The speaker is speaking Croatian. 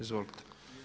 Izvolite.